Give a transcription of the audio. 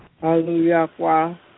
Hallelujah